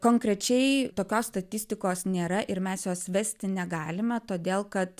konkrečiai tokios statistikos nėra ir mes jos vesti negalime todėl kad